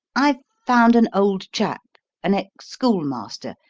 i've found an old chap an ex-schoolmaster,